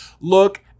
look